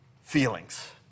feelings